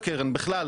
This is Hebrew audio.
בכלל,